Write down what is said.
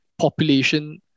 population